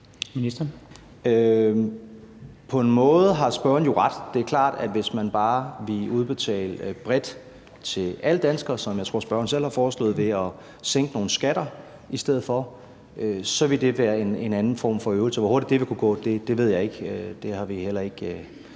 På en måde har spørgeren jo ret. Det er klart, at hvis man bare ville udbetale bredt til alle danskere, som jeg tror spørgeren selv har foreslået, ved at sænke nogle skatter i stedet for, så ville det være en anden form for øvelse. Hvor hurtigt det ville kunne gå, ved jeg ikke. Jeg har ikke